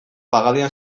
pagadian